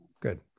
Good